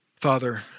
Father